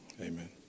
amen